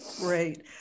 Great